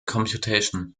computation